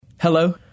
Hello